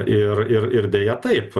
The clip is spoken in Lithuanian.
ir ir ir deja taip